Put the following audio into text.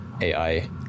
AI